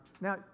Now